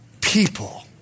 people